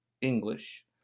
english